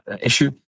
issue